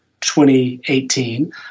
2018